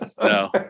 no